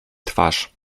twarz